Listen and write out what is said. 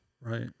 Right